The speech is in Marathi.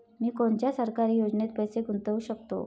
मी कोनच्या सरकारी योजनेत पैसा गुतवू शकतो?